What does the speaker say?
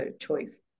choice